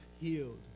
healed